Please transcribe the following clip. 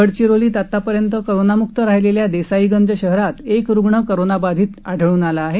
गडचिरोलीतल्या आतापर्यंत कोरोनामुक्त राहिलेल्या देसाईगंज शहरात एक रुग्ण कोरोनाबाधित आढळून आला आहे